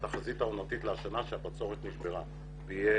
התחזית העונתית לשנה היא שהבצורת נשברה ו יהיה